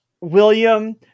William